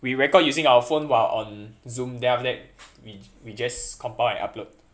we record using our phone while on zoom then after that we we just compile and upload